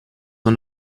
and